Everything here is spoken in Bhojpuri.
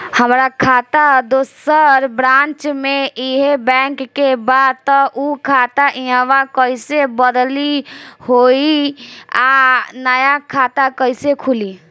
हमार खाता दोसर ब्रांच में इहे बैंक के बा त उ खाता इहवा कइसे बदली होई आ नया खाता कइसे खुली?